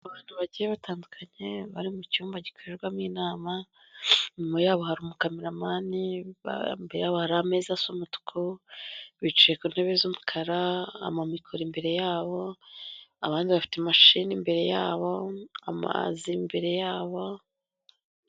Abantu bagiye batandukanye bari mu cyumba gikorerwamo inama, inyuma yabo hari umokameramani, imbere yabo hari ameza asa umutuku, bicaye ku ntebe z'umukara, amamikoro imbere yabo, abandi bafite imashini imbere yabo, amazi imbere yabo.